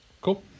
Cool